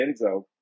Enzo